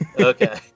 okay